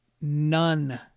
none